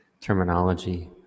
terminology